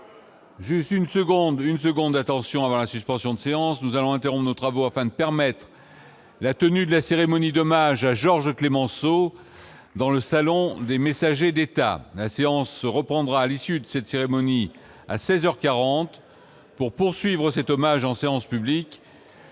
Juste une seconde, une seconde attention avant la suspension de séance, nous allons interrompre nos travaux afin de permettre la tenue de la cérémonie d'hommage à Georges Clémenceau dans le salon des messagers d'État à séance reprendra à l'issue de cette cérémonie à 16 heures 40 pour poursuivre poursuivre cet hommage en séance publique,